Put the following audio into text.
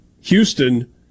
Houston